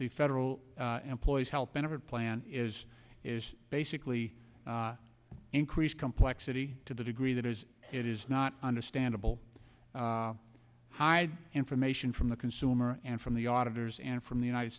the federal employees health benefit plan is is basically increased complexity to the degree that is it is not understandable hide information from the consumer and from the auditors and from the united